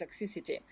toxicity